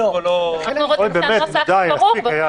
אנחנו רוצים שהנוסח יהיה ברור.